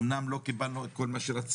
אמנם לא קיבלנו את כל מה שרצינו,